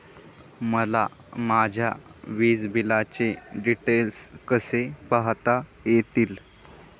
मला माझ्या वीजबिलाचे डिटेल्स कसे पाहता येतील?